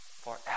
forever